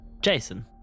Jason